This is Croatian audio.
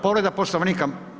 Povreda Poslovnika.